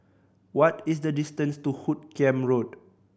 what is the distance to Hoot Kiam Road